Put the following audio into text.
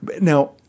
Now